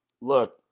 look